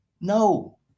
no